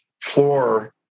floor